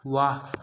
वाह